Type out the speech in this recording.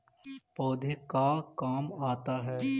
पौधे का काम आता है?